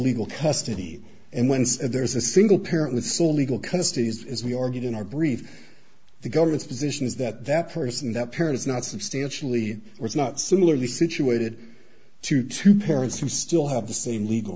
legal custody and when there's a single parent with full legal custody is we or get in our brief the government's position is that that person that parent is not substantially or is not similarly situated to two parents who still have the same legal